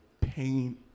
pain